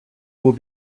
will